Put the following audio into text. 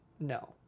No